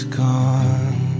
gone